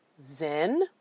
zen